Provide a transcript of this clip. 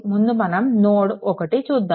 ముందు మనం నోడ్1 చూద్దాము